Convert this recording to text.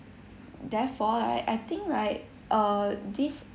therefore right I think right err this